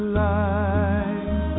life